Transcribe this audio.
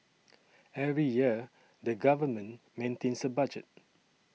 every year the government maintains a budget